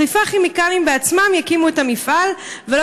"חיפה כימיקלים" בעצמם יקימו את המפעל ולא